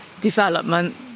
development